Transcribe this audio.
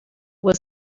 was